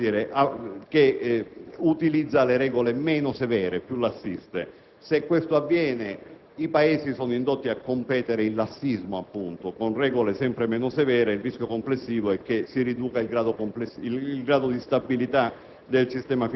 Paese che utilizza le regole meno severe, più lassiste. Se questo avviene, i Paesi sono indotti a competere in lassismo, con regole sempre meno severe; il rischio complessivo è che si riduca il grado di stabilità